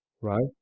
right